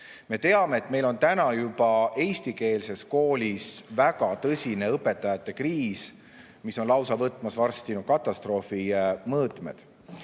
Me teame, et meil on juba praegu eestikeelses koolis väga tõsine õpetajate kriis, mis on varsti võtmas lausa katastroofi mõõtmeid.